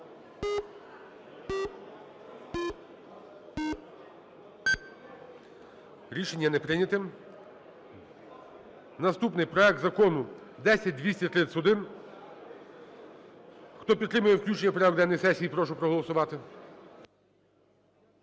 Рішення не прийнято. Наступний. Проект закону 10231. Хто підтримує включення в порядок денний сесії, я прошу проголосувати.